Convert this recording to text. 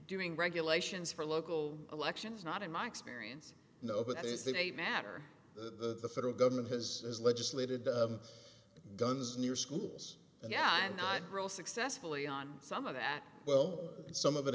during regulations for local elections not in my experience no matter the federal government has legislated guns near schools yeah i'm not real successfully on some of that well some of it